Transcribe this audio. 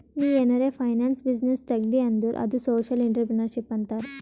ನೀ ಏನಾರೆ finance business ತೆಗ್ದಿ ಅಂದುರ್ ಅದು ಸೋಶಿಯಲ್ ಇಂಟ್ರಪ್ರಿನರ್ಶಿಪ್ ಅಂತಾರ್